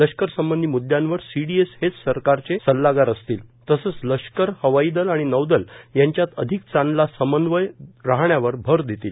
लष्करसंबंधी म्द्यांवर सीडीएस हेच सरकारचं सल्लागार असतील तसंच लष्कर हवाईदल आणि नौदल यांच्यात अधिक चांगला समन्वय राहण्यावर भर देतील